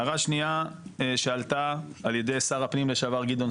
הערה שנייה שעלתה על ידי שר הפנים לשעבר גדעון